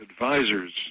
advisors